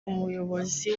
umuyobozi